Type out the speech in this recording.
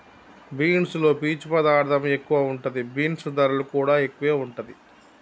beans లో పీచు పదార్ధం ఎక్కువ ఉంటది, బీన్స్ ధరలు కూడా ఎక్కువే వుంటుంది